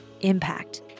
impact